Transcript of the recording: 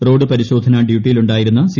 road പരിശോധന ഡ്യൂട്ടിലുണ്ടായിരുന്ന C